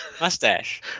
mustache